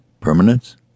Permanence